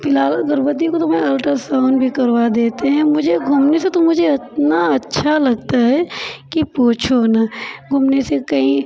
कि लाओ गर्भवती को तो मैं अल्ट्रसाउन्ड भी करवा देते हैं मुझे घूमने से तो मुझे इतना अच्छा लगता है कि पूछो ना घूमने से कहीं